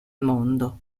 mondo